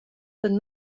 than